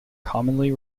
commonly